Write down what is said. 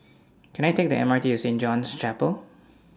Can I Take The M R T to Saint John's Chapel